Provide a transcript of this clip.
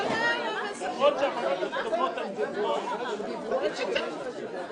אם הייתי יודע שזה כך לא הייתי משאיר את הנושא.